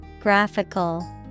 Graphical